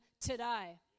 today